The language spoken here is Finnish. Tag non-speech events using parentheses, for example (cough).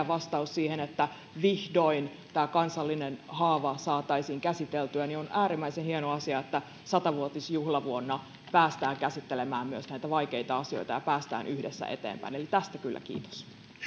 (unintelligible) vastaus siihen että vihdoin tämä kansallinen haava saataisiin käsiteltyä on äärimmäisen hieno asia että sata vuotisjuhlavuonna päästään käsittelemään myös näitä vaikeita asioita ja päästään yhdessä eteenpäin eli tästä kyllä kiitos